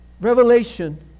Revelation